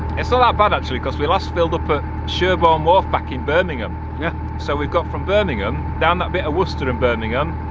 it's ah not bad actually so because we must filled up a sherbourne wharf back in birmingham yeah. so we've got from birmingham down that bit of worcester and birmingham,